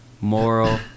moral